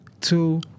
two